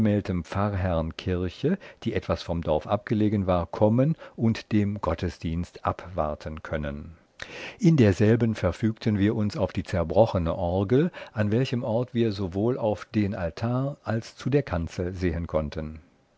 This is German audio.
pfarrherrn kirche die etwas vom dorf abgelegen war kommen und dem gottesdienst abwarten können in derselben verfügten wir uns auf die zerbrochene orgel an welchem ort wir sowohl auf den altar als zu der kanzel sehen konnten